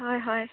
হয় হয়